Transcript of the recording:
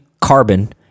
carbon